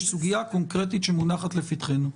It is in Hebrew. יש סוגיה קונקרטית שמונחת לפתחנו.